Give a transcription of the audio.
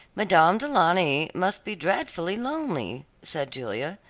madame du launy must be dreadfully lonely, said julia,